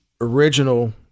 original